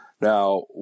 Now